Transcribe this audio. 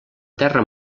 terra